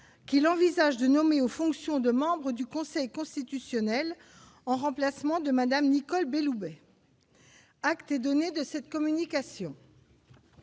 qu'il envisage de nommer aux fonctions de membre du Conseil constitutionnel en remplacement de Madame Nicole Belloubet acte donner de cette communication.